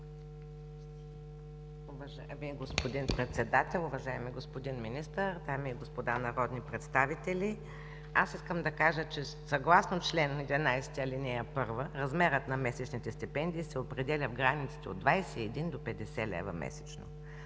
Ви, господин Председател. Уважаеми господин Министър, дами и господа народни представители! Аз искам да кажа, че съгласно чл. 11, ал. 1 размерът на месечните стипендии се определя в границите от 21 до 50 лв. месечно.